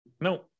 No